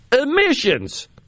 emissions